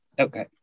Okay